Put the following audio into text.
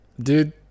Dude